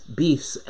beefs